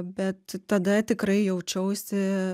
bet tada tikrai jaučiausi